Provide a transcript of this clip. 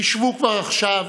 חשבו כבר עכשיו